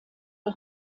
der